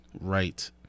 right